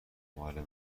مال